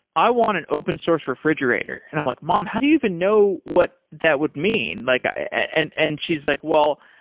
i want an open source refrigerator. and i'm like, mom, how do you even know what that would mean? like and and she's like, well,